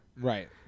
Right